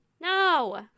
No